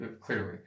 Clearly